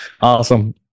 awesome